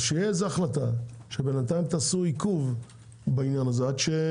אז שתהיה איזו החלטה שבינתיים תעשו בעניין הזה עיכוב.